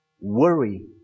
worry